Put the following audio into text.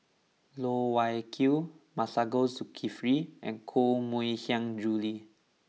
Loh Wai Kiew Masagos Zulkifli and Koh Mui Hiang Julie